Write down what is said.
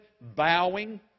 Bowing